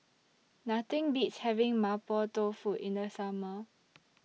Nothing Beats having Mapo Tofu in The Summer